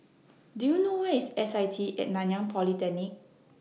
Do YOU know Where IS S I T At Nanyang Polytechnic